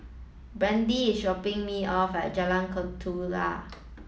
Brandi is dropping me off at Jalan Ketuka